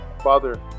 Father